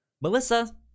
Melissa